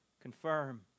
confirm